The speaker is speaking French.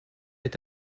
est